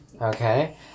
Okay